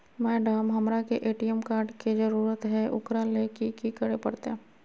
Madam, हमरा के ATM card के जरूरत है ऊकरा ले की की करे परते?